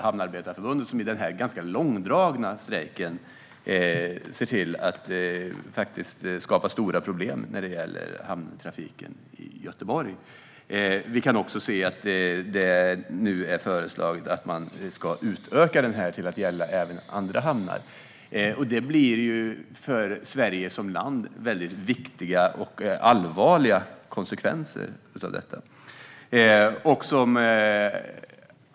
Genom den här ganska långdragna strejken ser Hamnarbetarförbundet till att skapa stora problem för hamntrafiken i Göteborg. Det är också föreslaget att man ska utöka strejken till att gälla även andra hamnar. Konsekvenserna av detta är väldigt viktiga och allvarliga för Sverige som land.